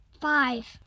Five